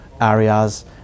areas